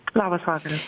labas vakaras